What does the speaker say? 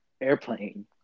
airplane